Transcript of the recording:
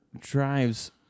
drives